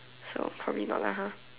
so probably not lah ha